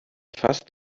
fast